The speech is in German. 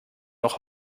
noch